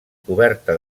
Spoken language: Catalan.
coberta